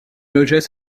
logeait